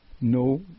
no